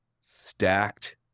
stacked